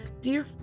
dear